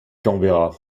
canberra